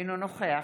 אינו נוכח